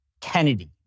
Kennedy